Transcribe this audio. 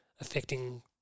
affecting